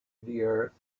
earth